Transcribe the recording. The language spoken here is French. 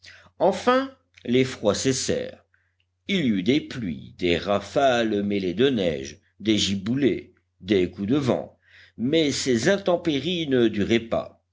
enfin les froids cessèrent il y eut des pluies des rafales mêlées de neige des giboulées des coups de vent mais ces intempéries ne duraient pas